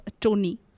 Tony